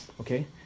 Okay